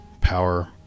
power